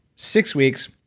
six weeks,